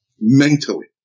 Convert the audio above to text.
mentally